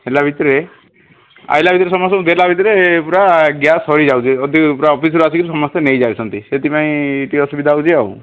ହେଲା ଭିତରେ ଆସିଲା ଭିତରେ ସମସ୍ତଙ୍କୁ ଦେଲା ଭିତରେ ପୁରା ଗ୍ୟାସ୍ ସରିଯାଉଛି ପୁରା ଅଫିସ୍ରୁ ଆସିକରି ସମସ୍ତେ ନେଇଯାଉଛନ୍ତି ସେଥିପାଇଁ ଟିକେ ଅସୁବିଧା ହେଉଛି ଆଉ